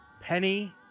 Penny